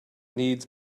needs